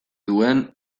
duen